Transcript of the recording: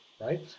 right